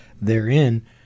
therein